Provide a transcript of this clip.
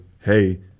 hey